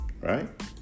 Right